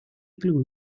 glue